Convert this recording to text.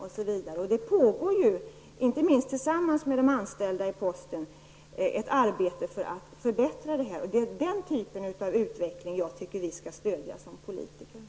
Ett sådant samarbete pågår också -- inte minst gäller det det samarbete som man har med postens anställda -- för att få en förbättring här. Det är den typen av utveckling som jag tycker att vi politiker skall stödja.